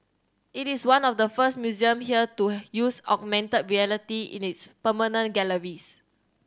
it is one of the first museums here to use augmented reality in its permanent galleries